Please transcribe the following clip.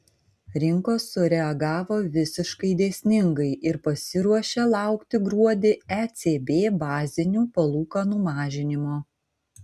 rinkos sureagavo visiškai dėsningai ir pasiruošė laukti gruodį ecb bazinių palūkanų mažinimo